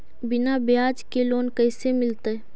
बिना ब्याज के लोन कैसे मिलतै?